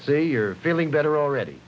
say you're feeling better already